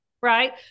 right